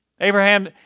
Abraham